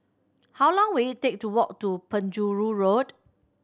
how long will it take to walk to Penjuru Road